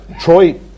Troy